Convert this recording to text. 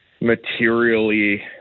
materially